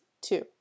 two